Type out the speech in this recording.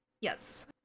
Yes